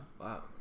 Wow